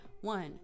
one